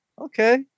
okay